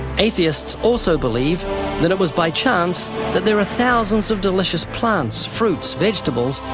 atheists also believe that it was by chance that there are thousands of delicious plants, fruits, vegetables,